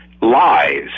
lies